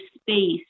space